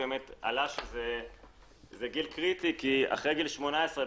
עלה שזה גיל קריטי כי אחרי גיל 18,